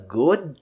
good